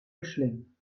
mischling